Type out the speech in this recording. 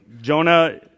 Jonah